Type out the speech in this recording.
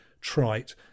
trite